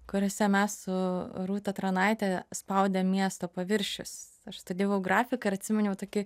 kuriuose mes su rūta tranaite spaudėm miesto paviršius aš studijavau grafikąir atsiminiau tokį